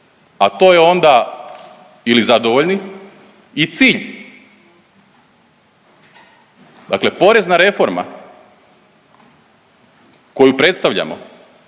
a to je onda ili zadovoljni i cilj, dakle porezna reforma koju predstavljamo,